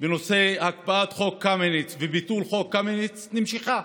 בנושא הקפאת חוק קמיניץ וביטול חוק קמיניץ נמשכה,